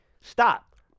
Stop